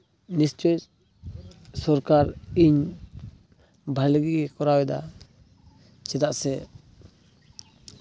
ᱱᱤᱥᱪᱳᱭ ᱥᱚᱨᱠᱟᱨ ᱤᱧ ᱵᱷᱟᱹᱞᱤ ᱞᱟᱹᱜᱤᱫ ᱜᱮ ᱠᱚᱨᱟᱣᱮᱫᱟ ᱪᱮᱫᱟᱜ ᱥᱮ